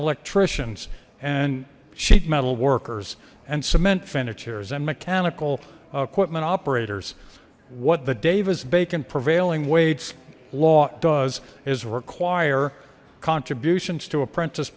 electricians and sheetmetal workers and cement finishers and mechanical equipment operators what the davis bacon prevailing wage law does is require contributions to apprentice